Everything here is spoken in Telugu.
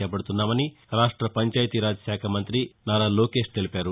చేపడుతున్నామని రాష్ట పంచాయతీ రాజ్ శాఖ మంతి నారా లోకేష్ తెలిపారు